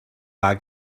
war